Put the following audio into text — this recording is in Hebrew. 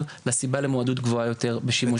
לסיבה למועדות גבוהה יותר לשימוש בסמים.